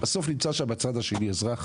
בסוף נמצא בצד השני אזרח